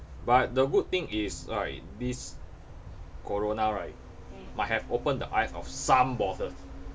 but the good thing is right this corona right might have open the eyes of some bosses